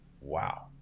wow